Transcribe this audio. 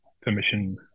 permission